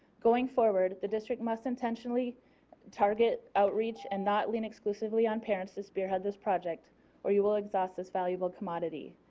going forward the district must intentionally target outreach and not lean exclusively on parents to spearhead this project or you'll exhaust is valuable commodity.